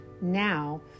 now